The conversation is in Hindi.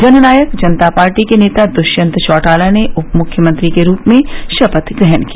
जननायक जनता पार्टीके नेता दुष्यंत चौटाला ने उप मुख्यमंत्री के रूप में शपथ ग्रहण की